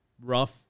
rough